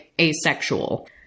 asexual